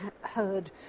heard